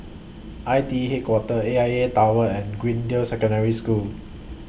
I T E Headquarters A I A Tower and Greendale Secondary School